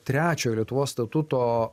trečiojo lietuvos statuto